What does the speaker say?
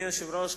אדוני היושב-ראש,